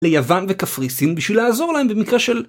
ליוון וקפרסין בשביל לעזור להם במקרה של